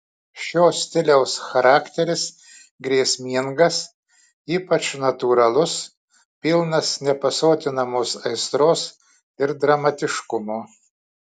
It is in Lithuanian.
šio stiliaus charakteris grėsmingas ypač natūralus pilnas nepasotinamos aistros ir dramatiškumo